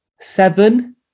seven